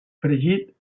fregit